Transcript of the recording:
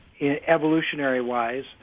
evolutionary-wise